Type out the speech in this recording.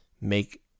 make